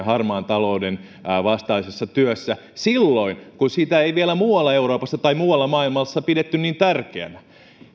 harmaan talouden vastaisessa työssä silloin kun sitä ei vielä muualla euroopassa tai muualla maailmassa pidetty niin tärkeänä